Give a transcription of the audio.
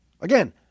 Again